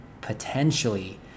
potentially